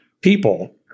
people